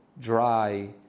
dry